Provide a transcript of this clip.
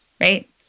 right